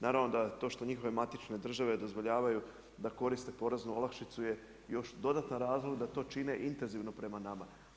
Naravno da to što njihove matične države dozvoljavaju da koriste poreznu olakšicu je još dodatan razlog da to čine intenzivno prema nama.